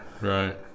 right